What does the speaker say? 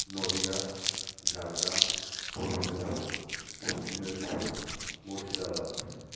Nadia Jhargram Purba Medinipur Paschim Medinipur Murshidabad